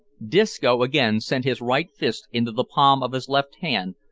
disco again sent his right fist into the palm of his left hand,